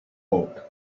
bulk